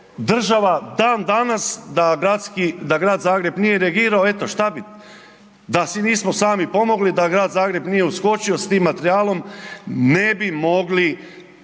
država dan danas da gradski, da Grad Zagreb nije reagirao, eto šta bi, da si nismo sami pomogli, da Grad Zagreb nije uskočio s tim materijalom ne bi mogli,